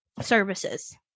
services